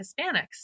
Hispanics